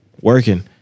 Working